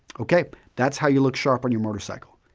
okay, thatis how you look sharp on your motorcycle.